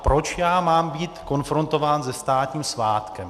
Proč já mám být konfrontován se státním svátkem?